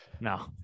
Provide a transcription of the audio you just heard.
no